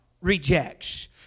rejects